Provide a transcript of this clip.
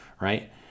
right